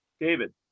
david